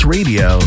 Radio